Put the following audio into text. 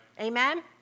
Amen